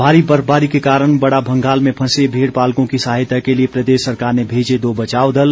भारी बर्फबारी के कारण बड़ा भंगाल में फंसे भेड़ पालकों की सहायता के लिए प्रदेश सरकार ने मेजे दो बचाव दल